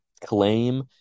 claim